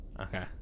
Okay